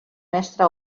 mestre